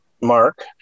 mark